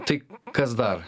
tai kas dar